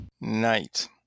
Night